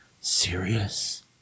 serious